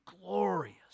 glorious